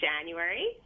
January